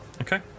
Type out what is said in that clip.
Okay